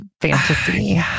fantasy